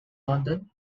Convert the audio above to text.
london